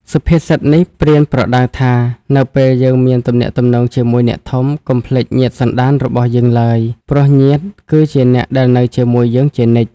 សុភាសិតនេះប្រៀនប្រដៅថា នៅពេលយើងមានទំនាក់ទំនងជាមួយអ្នកធំ កុំភ្លេចញាតិសន្តានរបស់យើងឡើយ ព្រោះញាតិគឺជាអ្នកដែលនៅជាមួយយើងជានិច្ច។